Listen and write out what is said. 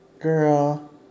Girl